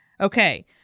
Okay